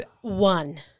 One